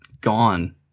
gone